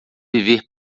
viver